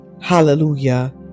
Hallelujah